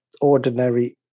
ordinary